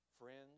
friends